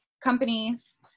companies